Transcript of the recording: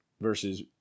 versus